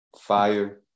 fire